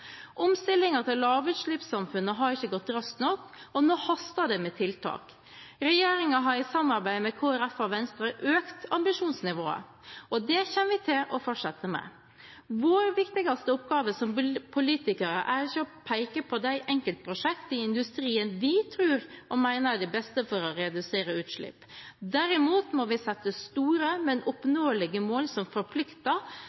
til lavutslippssamfunnet har ikke gått raskt nok, og nå haster det med tiltak. Regjeringen har i samarbeid med Kristelig Folkeparti og Venstre økt ambisjonsnivået, og det kommer vi til å fortsette med. Vår viktigste oppgave som politikere er ikke å peke på de enkeltprosjektene i industrien vi tror og mener er de beste for å redusere utslipp. Derimot må vi sette store, men